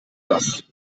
das